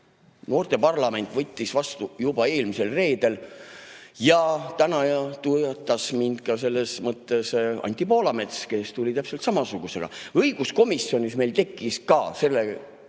noorteparlament võttis vastu juba eelmisel reedel. Ja täna toetas mind selles mõttes ka Anti Poolamets, kes tuli täpselt samasuguse [ideega]. Õiguskomisjonis meil tekkis ka sellekohane